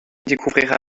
découvrira